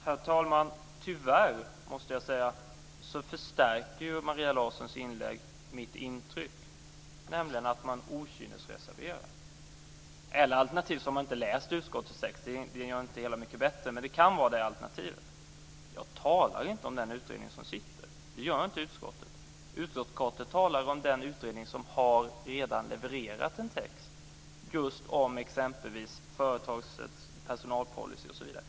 Herr talman! Jag måste tyvärr säga att Maria Larssons inlägg förstärker mitt intryck att man okynnesreserverar sig. Alternativt har man inte läst utskottstexten, vilket inte gör det hela mycket bättre. Utskottsmajoriteten uttalar sig inte om den utredning som pågår. Utskottet refererar till en utredning som redan har levererat en text om företags personalpolicy osv.